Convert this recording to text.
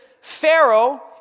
Pharaoh